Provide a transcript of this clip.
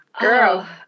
Girl